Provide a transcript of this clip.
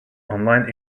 online